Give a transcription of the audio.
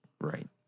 Right